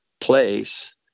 place